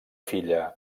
filla